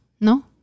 no